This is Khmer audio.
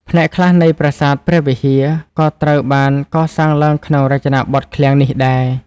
ផ្នែកខ្លះនៃប្រាសាទព្រះវិហារ ក៏ត្រូវបានកសាងឡើងក្នុងរចនាបថឃ្លាំងនេះដែរ។